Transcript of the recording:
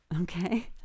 Okay